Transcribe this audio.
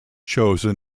chosen